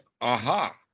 aha